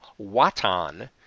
Watan